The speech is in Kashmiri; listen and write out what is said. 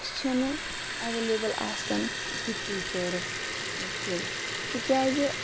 اَسہِ چھ نہٕ ایویلیبٕل آسان گُڑ ٹیٖچٲرٕس کینٛہہ تکیازِ